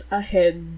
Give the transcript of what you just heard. ahead